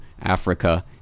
Africa